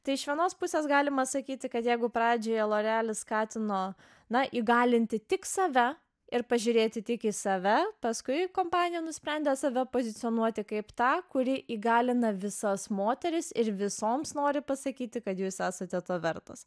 tai iš vienos pusės galima sakyti kad jeigu pradžioje lorealis skatino na įgalinti tik save ir pažiūrėti tik į save paskui kompanija nusprendė save pozicionuoti kaip tą kuri įgalina visas moteris ir visoms nori pasakyti kad jūs esate to vertos